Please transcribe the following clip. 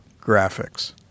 graphics